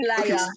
Liar